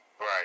Right